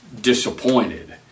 disappointed